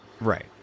Right